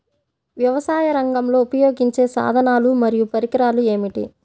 వ్యవసాయరంగంలో ఉపయోగించే సాధనాలు మరియు పరికరాలు ఏమిటీ?